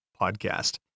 podcast